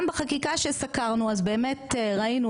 גם בחקיקה שסקרנו אז באמת ראינו,